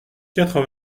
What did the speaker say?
quatre